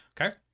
Okay